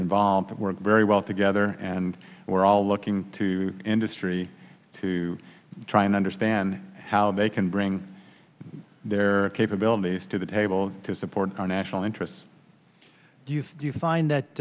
involved work very well together and we're all looking to industry to try and understand how they can bring their capabilities to the table to support our national interests do you find that